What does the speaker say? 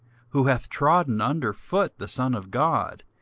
who hath trodden under foot the son of god,